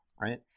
right